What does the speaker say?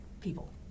people